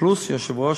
פלוס יושב-ראש,